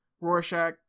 rorschach